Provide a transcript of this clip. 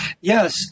Yes